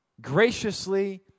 graciously